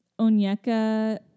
Onyeka